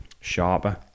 sharper